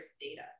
data